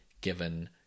given